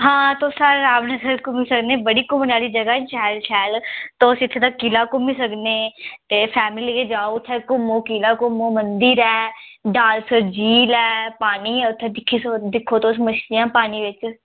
हां तुस अराम कन्नै घुम्मी सकने बड़ी घूमने आह्ली जगह शैल शैल तुस इत्थै दा किला घुम्मी सकने ते फैमिली लेई जाओ उत्थै घुम्मो किला घुम्मो मंदिर ऐ डल्सर झील ऐ पानी ऐ उत्थै दिक्खो तुस मच्छलियां पानी बिच्च